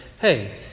hey